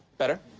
better?